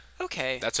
Okay